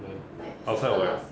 then outside or what